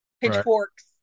pitchforks